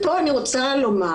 פה אני רוצה לומר